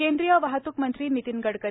केंद्रीय वाहतूक मंत्री नितीन गडकरी